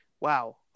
Wow